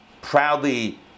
proudly